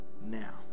now